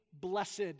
blessed